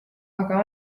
aga